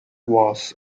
was